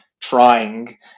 trying